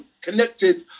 connected